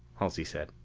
halsey said,